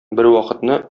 бервакытны